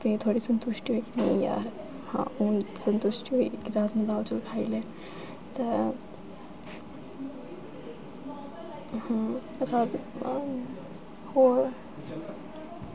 भी थोह्ड़ी संतुश्टी होई नेईं यार हां हून संतुशटी होई कि राजमां दाल चौल खाई ले ते हूं राजमांह् होर